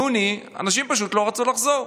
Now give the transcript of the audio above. יוני, אנשים לא רצו לחזור.